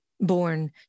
Born